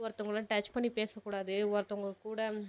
ஒருத்தவங்கள டச் பண்ணி பேசக்கூடாது ஒருத்தவங்க கூட